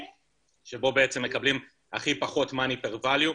--- שבו בעצם מקבלים הכי פחות money per value,